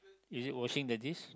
is it washing the dish